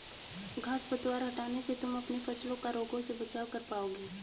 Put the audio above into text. घांस पतवार हटाने से तुम अपने फसलों का रोगों से बचाव कर पाओगे